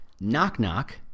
Knock-knock